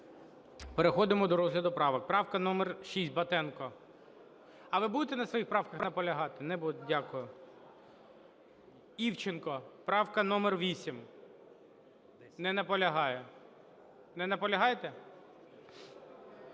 Переходимо до розгляду правок. Правка номер 6, Батенко. А ви будете на своїх правках наполягати? Дякую. Івченко, правка номер 8. Не наполягає. Не наполягаєте?